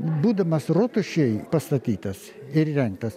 būdamas rotušėj pastatytas ir rengtas